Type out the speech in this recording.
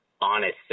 honest